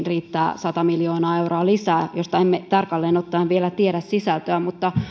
riittää sata miljoonaa euroa lisää valinnanvapauspilotteihin joista emme tarkalleen ottaen vielä tiedä sisältöä